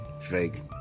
Fake